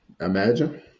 Imagine